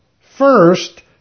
First